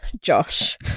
Josh